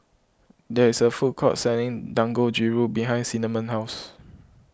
there is a food court selling Dangojiru behind Cinnamon's house